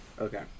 Okay